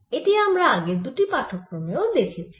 এটি আমরা আগের দুটি পাঠক্রমেও দেখেছি